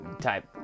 type